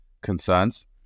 concerns